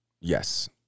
yes